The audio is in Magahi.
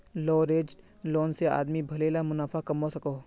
लवरेज्ड लोन से आदमी भले ला मुनाफ़ा कमवा सकोहो